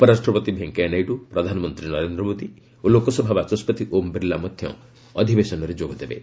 ଉପରାଷ୍ଟ୍ରପତି ଭେଙ୍କୟା ନାଇଡୁ ପ୍ରଧାନମନ୍ତ୍ରୀ ନରେନ୍ଦ୍ର ମୋଦୀ ଓ ଲୋକସଭା ବାଚସ୍କତି ଓମ୍ ବିର୍ଲା ମଧ୍ୟ ଅଧିବେଶନରେ ଯୋଗ ଦେବେ